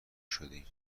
شدهایم